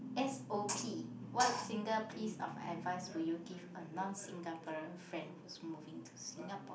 s_o_p what single piece of advice will you give on non Singaporean friend who's moving to Singapore